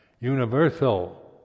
universal